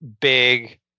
big